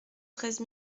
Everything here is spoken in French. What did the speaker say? treize